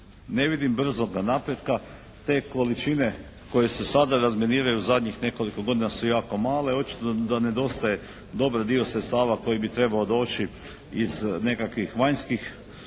ne vidim brzoga napretka te količine koje se sada razminiraju zadnjih nekoliko godina su jako male. Očito da nedostaje dobar dio sredstava koji bi trebao doći iz nekakvih vanjskih